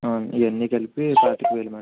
ఇవన్ని కలిపి పాతిక వేలు మేడం